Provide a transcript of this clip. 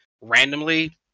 randomly